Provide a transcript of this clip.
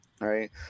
right